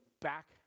back